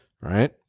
Right